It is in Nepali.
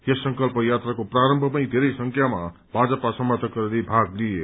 यस संकल्प यात्राको प्रारम्भमै धेरै संख्यामा भाजपा समर्थकहरूले भाग लिए